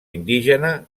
indígena